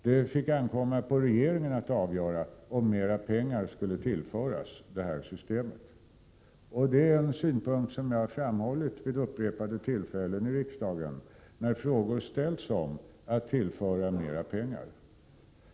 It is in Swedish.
Det fick ankomma på regeringen att avgöra om mera pengar skulle tillföras systemet. Detta är en synpunkt som jag framhållit vid upprepade tillfällen i riksdagen när frågor ställts om man kan tillföra ytterligare pengar.